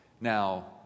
now